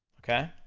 okay?